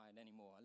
anymore